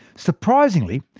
surprisingly,